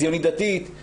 ציונית דתית,